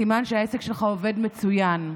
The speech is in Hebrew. סימן שהעסק שלך עובד מצוין.